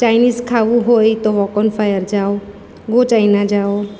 Chinese ખાવું હોય તો વોક ઓન ફાયર જાઓ ગો ચાઈના જાઓ